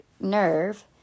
nerve